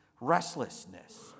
Restlessness